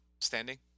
Standing